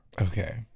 Okay